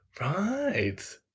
Right